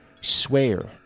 swear